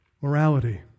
morality